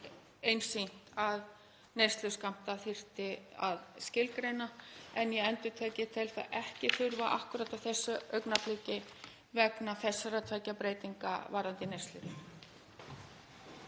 einsýnt að neysluskammta þyrfti að skilgreina. En ég endurtek, ég tel þess ekki þurfa akkúrat á þessu augnabliki vegna þessara tveggja breytinga varðandi neyslurými.